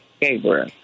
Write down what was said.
Gabriel